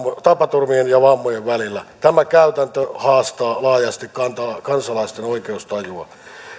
tapaturmien ja vammojen välillä tämä käytäntö haastaa laajasti kansalaisten oikeustajua